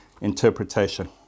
interpretation